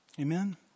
Amen